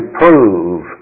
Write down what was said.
prove